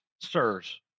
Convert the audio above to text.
Sirs